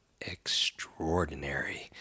Extraordinary